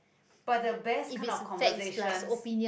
but the best kind of conversations